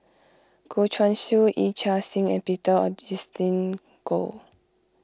Goh Guan Siew Yee Chia Hsing and Peter Augustine Goh